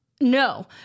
No